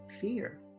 fear